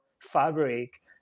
fabric